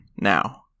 now